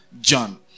John